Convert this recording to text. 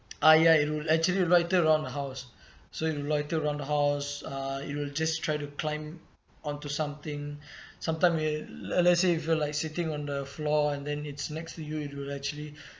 ah ya it'll actually loiter around the house so it will loiter around the house uh it'll just try to climb onto something sometime we'll uh let's say if you're like sitting on the floor and then it's next to you it will actually